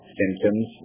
symptoms